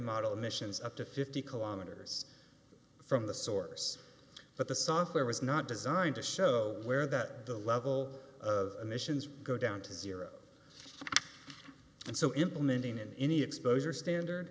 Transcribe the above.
model missions up to fifty kilometers from the source but the software was not designed to show where that the level of emissions go down to zero so implementing any exposure standard